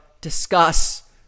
discuss